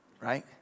right